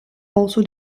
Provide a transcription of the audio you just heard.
also